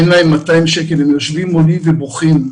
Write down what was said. אין להם 200 שקלים והם יושבים מולי ובוכים.